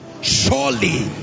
Surely